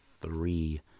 three